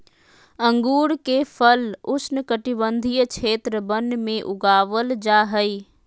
अंगूर के फल उष्णकटिबंधीय क्षेत्र वन में उगाबल जा हइ